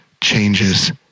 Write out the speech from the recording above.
changes